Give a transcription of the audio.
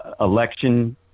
election